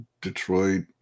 Detroit